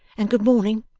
and good morning